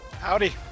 Howdy